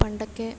പണ്ടൊക്കെ